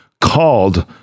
called